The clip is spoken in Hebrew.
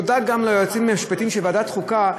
ותודה גם ליועצים המשפטיים של ועדת החוקה,